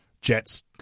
Jets